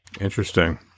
Interesting